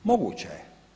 Moguće je.